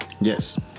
Yes